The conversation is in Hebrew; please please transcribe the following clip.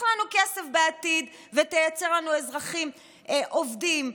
לנו כסף בעתיד ותייצר לנו אזרחים עובדים,